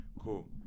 cool